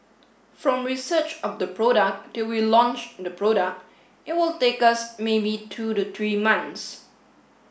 from research of the product till we launch the product it will take us maybe two the three months